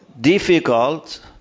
difficult